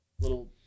little